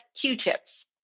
Q-tips